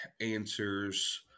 answers